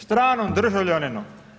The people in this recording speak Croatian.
Stranom državljaninu.